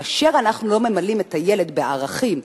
כאשר אנחנו לא ממלאים את הילד בערכים,